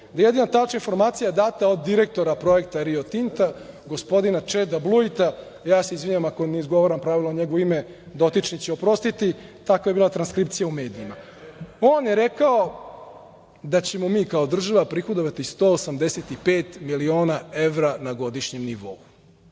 jedina tačna informacija data od direktora projekata Rio Tinta, gospodina Čeda Bluita, ja se izvinjavam ako ne izgovaram pravilno njegovo ime, dotični će oprostiti. Takva je bila transkripcija u medijima. On je rekao da ćemo mi kao država prihodovati 185 miliona evra na godišnjem nivou.